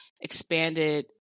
expanded